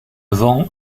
vent